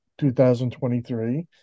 2023